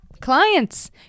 clients